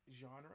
genre